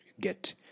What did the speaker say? get